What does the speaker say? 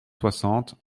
soixante